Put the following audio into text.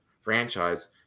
franchise